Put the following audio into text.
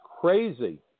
crazy